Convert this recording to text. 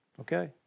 Okay